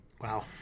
wow